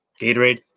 Gatorade